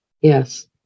Yes